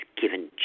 given